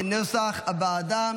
כנוסח הוועדה.